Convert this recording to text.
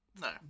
no